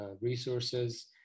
resources